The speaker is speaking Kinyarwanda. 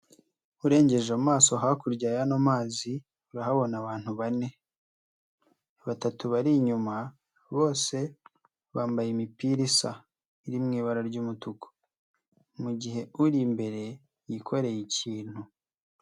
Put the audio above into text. Urengeje amaso hakurya y'ano mazi urahabona abantu bane, batatu bari inyuma bose bambaye imipira isa iri mu ibara ry'umutuku, mu gihe uri imbere yikoreye ikintu.